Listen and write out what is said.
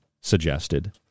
suggested